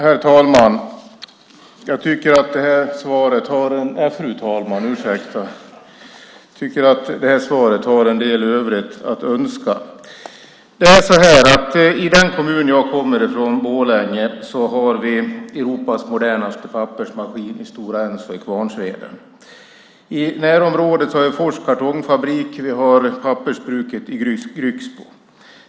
Fru talman! Jag tycker att det här svaret har en del övrigt att önska. I den kommun jag kommer från, Borlänge, har vi Europas modernaste pappersmaskin i Stora Enso Kvarnsveden. I närområdet har vi Fors kartongfabrik. Vi har pappersbruket i Grycksbo.